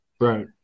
right